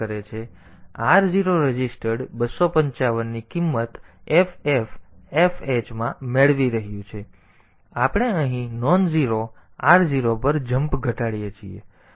તેથી r0 registered 255 ની કિંમત ffh મેળવી રહ્યું છે અને પછી આપણે અહીં નોનઝીરો r0 પર જમ્પ ઘટાડીએ છીએ